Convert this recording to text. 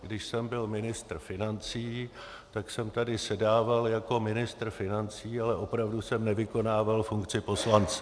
Když jsem byl ministr financí, tak jsem tady sedával jako ministr financí, ale opravdu jsem nevykonával funkci poslance.